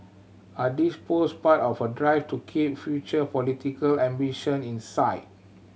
are these post part of a drive to keep future political ambition in sight